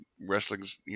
wrestling's